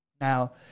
Now